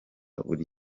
buri